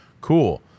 cool